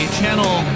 channel